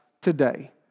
today